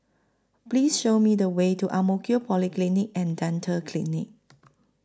Please Show Me The Way to Ang Mo Kio Polyclinic and Dental Clinic